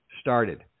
started